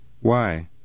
Why